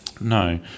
No